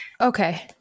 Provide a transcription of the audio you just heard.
Okay